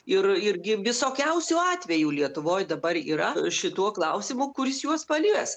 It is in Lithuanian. ir irgi visokiausių atvejų lietuvoj klausimu kuris juos palies